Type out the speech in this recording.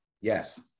Yes